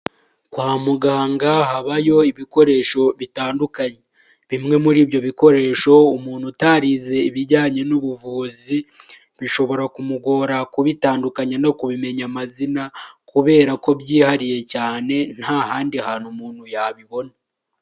Kwa muganga habayo ibikoresho bitandukanye, bimwe muri ibyo bikoresho umuntu utarize ibijyanye n'ubuvuzi bishobora kumugora kubitandukanya no kubimenya amazina kubera ko byihariye cyane nta handi hantu umuntu yabibona.